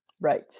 Right